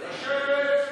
לשבת.